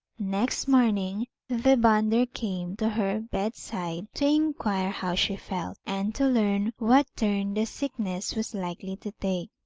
next morning the bonder came to her bedside to inquire how she felt, and to learn what turn the sick ness was likely to take.